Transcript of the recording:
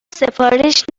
سفارش